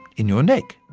in your neck.